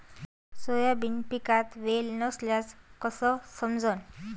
Soybean पिकात वल नसल्याचं कस समजन?